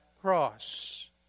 cross